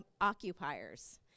occupiers